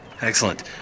excellent